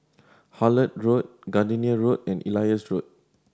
Hullet Road Gardenia Road and Elias Road